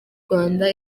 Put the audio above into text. rwanda